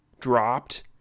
dropped